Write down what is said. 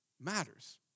matters